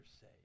say